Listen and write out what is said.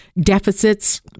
deficits